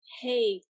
hey